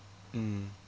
mm